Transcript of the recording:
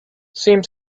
seemed